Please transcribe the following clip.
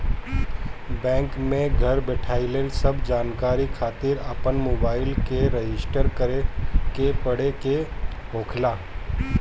bank में घर बईठल सब जानकारी खातिर अपन मोबाईल के रजिस्टर करे के पड़े के होखेला